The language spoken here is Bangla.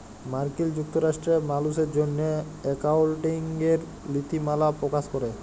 মার্কিল যুক্তরাষ্ট্রে মালুসের জ্যনহে একাউল্টিংয়ের লিতিমালা পকাশ ক্যরে